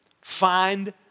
Find